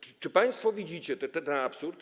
Czy państwo widzicie ten absurd?